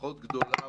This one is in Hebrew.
פחות גדולה,